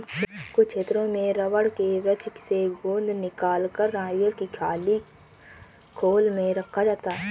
कुछ क्षेत्रों में रबड़ के वृक्ष से गोंद निकालकर नारियल की खाली खोल में रखा जाता है